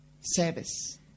service